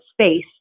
space